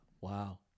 wow